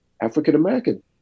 African-American